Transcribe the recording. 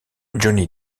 johnny